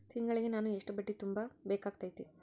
ತಿಂಗಳಿಗೆ ನಾನು ಎಷ್ಟ ಬಡ್ಡಿ ತುಂಬಾ ಬೇಕಾಗತೈತಿ?